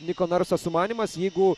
niko narso sumanymas jeigu